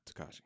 Takashi